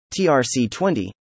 TRC20